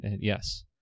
Yes